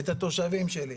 את התושבים שלי.